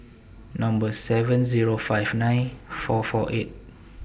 Number seven Zero five nine four four eight